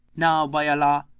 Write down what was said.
now by allah,